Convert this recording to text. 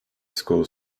school